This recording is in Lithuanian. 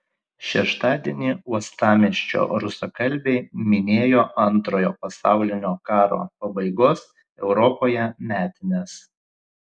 šeštadienį uostamiesčio rusakalbiai minėjo antrojo pasaulinio karo pabaigos europoje metines